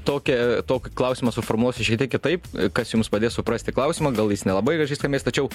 tokią tokį klausimą suformuluosiu šiek tiek kitaip kas jums padės suprasti klausimą gal jis nelabai gražiai skambės tačiau